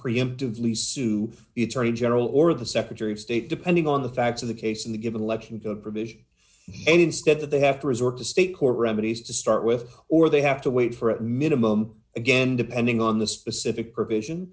preemptively sue the attorney general or the secretary of state depending on the facts of the case in the given election go provision and instead that they have to resort to state court remedies to start with or they have to wait for a minimum again depending on the specific pro